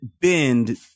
bend